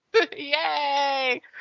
Yay